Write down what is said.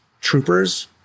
troopers—